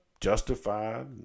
justified